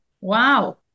Wow